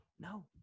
No